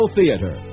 Theater